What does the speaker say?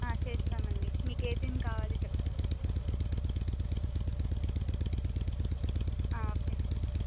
చేస్తామండి ఏ థీమ్ కావాలి చెప్పరా ఓకేనండి